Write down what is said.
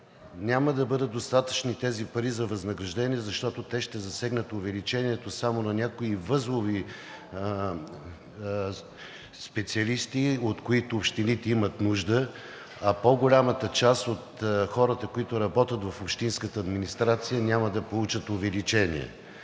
Няма да бъдат достатъчни тези пари за възнаграждения, защото ще засегнат увеличението само на някои възлови специалисти, от които общините имат нужда, а по-голямата част от хората, които работят в общинските администрации, няма да получат увеличение.